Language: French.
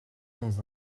dans